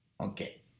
Okay